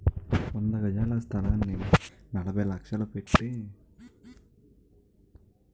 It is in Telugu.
వంద గజాల స్థలాన్ని నలభై లక్షలు పెట్టి తనఖా పెట్టాక తీరా అది వాళ్ళ పేరు మీద నేదట